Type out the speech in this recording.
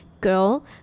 girl